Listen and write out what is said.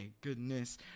goodness